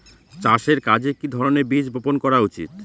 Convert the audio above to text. চাষের কাজে কি ধরনের বীজ বপন করা উচিৎ?